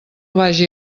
vagi